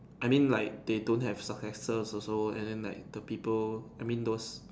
I mean like they don't have successor also and then like the people I mean those